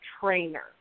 trainer